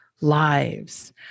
lives